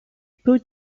put